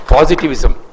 Positivism